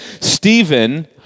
Stephen